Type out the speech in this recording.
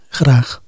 graag